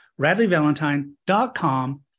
RadleyValentine.com